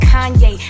Kanye